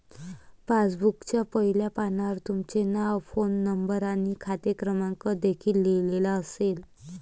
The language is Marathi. पासबुकच्या पहिल्या पानावर तुमचे नाव, फोन नंबर आणि खाते क्रमांक देखील लिहिलेला असेल